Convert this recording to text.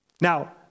Now